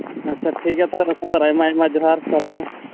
ᱟᱪᱪᱷᱟ ᱴᱷᱤᱠ ᱜᱮᱭᱟ ᱛᱟᱦᱚᱞᱮ ᱫᱚᱠᱟᱱᱫᱟᱨ ᱟᱭᱢᱟ ᱟᱭᱢᱟ ᱡᱚᱦᱟᱨ ᱥᱟᱨᱦᱟᱣ